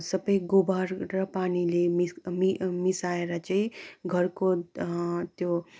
सबै गोबर र पानीले मि मि मिसाएर चाहिँ घरको त्यो